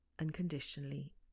unconditionally